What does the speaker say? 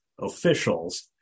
officials